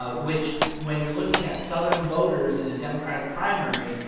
ah which, when you're looking at southern voters in a democratic primary,